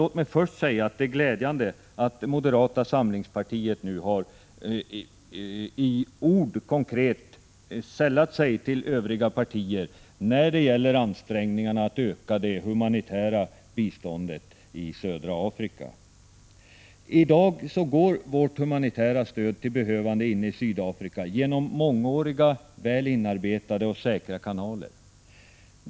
Låt mig först säga att det är glädjande att moderata samlingspartiet nu i ord konkret har sällat sig till övriga partier när det gäller ansträngningarna att öka det humanitära biståndet till södra Afrika. I dag går vårt humanitära stöd till behövande inne i Sydafrika genom mångåriga, väl inarbetade och säkra kanaler.